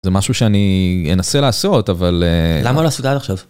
זה משהו שאני אנסה לעשות, אבל... למה לא עשו את זה עד עכשיו?